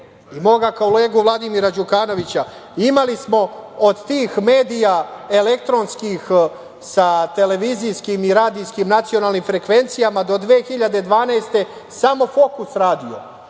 i moga kolega Vladimira Đukanovića. Imali smo od tih medija elektronskih sa televizijskim i radijskim nacionalnim frekvencijama do 2012. godine samo „Fokus radio“,